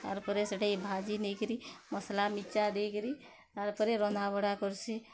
ତା'ର୍ ପରେ ସେଟାକେ ଭାଜି ନେଇ କରି ମସଲା ମିରଚା ଦେଇ କରି ତା'ର୍ ପରେ ରନ୍ଧାବଢ଼ା କରସି